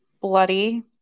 bloody